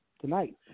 tonight